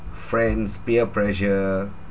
friends peer pressure